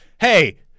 Hey